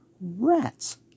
RATS